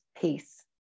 peace